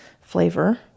flavor